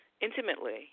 intimately